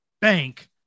bank